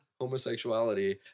homosexuality